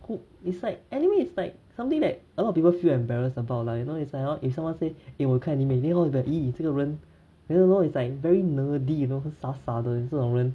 who it's like anime it's like something that a lot of people feel embarrassed about lah you know it's like hor if someone say eh 我有看 anime then hor be like !ee! 这个人 you know is like very nerdy you know 傻傻的这种人